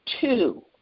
two